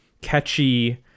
catchy